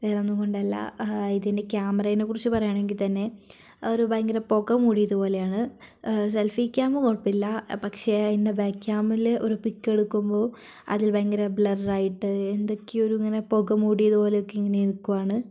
വേറൊന്നും കൊണ്ടല്ല ഇതിൻ്റെ ക്യാമറേനെ കുറിച്ച് പറയുകയാണെങ്കിൽ തന്നെ ഒരു ഭയങ്കര പുക മൂടിയത് പോലെയാണ് സെൽഫി ക്യാം കുഴപ്പമില്ല പക്ഷേ ഇതിന്റെ ബാക്ക് ക്യാമിൽ ഒരു പിക്ക് എടുക്കുമ്പോൾ അതിൽ ഭയങ്കര ബ്ളർ ആയിട്ട് എന്തൊക്കെയോ ഒരു ഇങ്ങനെ പുകയൊക്കെ മൂടിയത് പോലെയൊക്കെ ഇങ്ങനെ നിൽക്കുവാണ്